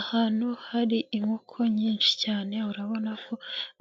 Ahantu hari inkoko nyinshi cyane urabona ko,